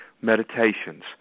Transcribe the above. meditations